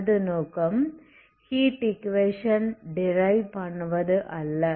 எனது நோக்கம் heat equation drive பண்ணுவது அல்ல